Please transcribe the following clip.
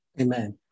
Amen